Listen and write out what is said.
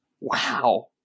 wow